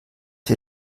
wir